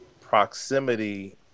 proximity